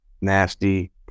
nasty